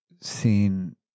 seen